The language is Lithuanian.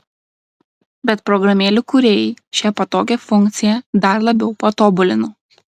bet programėlių kūrėjai šią patogią funkciją dar labiau patobulino